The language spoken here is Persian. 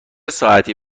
ساعتی